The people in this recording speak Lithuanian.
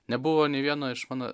nebuvo nei vieno iš mano